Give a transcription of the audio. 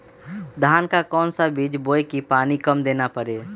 धान का कौन सा बीज बोय की पानी कम देना परे?